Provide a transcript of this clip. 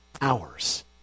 hours